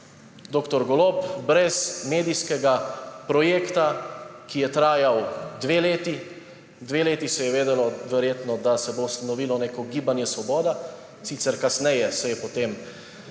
Dr. Golob brez medijskega projekta, ki je trajal dve leti, dve leti se je vedelo, verjetno, da se bo ustanovilo neko Gibanje Svoboda, sicer kasneje se je potem šele